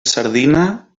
sardina